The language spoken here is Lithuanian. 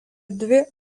dvi